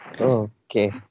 Okay